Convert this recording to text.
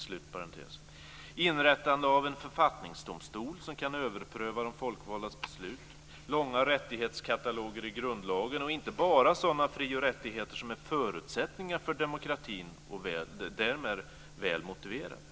Där finns inrättandet av en författningsdomstol som kan överpröva de folkvaldas beslut. Där finns långa rättighetskataloger i grundlagen - inte bara sådana fri och rättigheter som är förutsättningar för demokratin och därmed är väl motiverade.